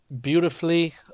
beautifully